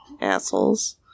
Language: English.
Assholes